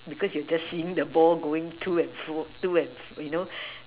because you just seen the ball going to and fro to and fro you know